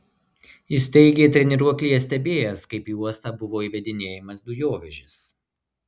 jis teigė treniruoklyje stebėjęs kaip į uostą buvo įvedinėjamas dujovežis